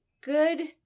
good